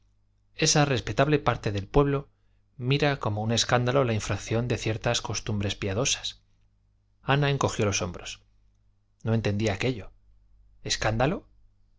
esa respetable parte del pueblo mira como un escándalo la infracción de ciertas costumbres piadosas ana encogió los hombros no entendía aquello escándalo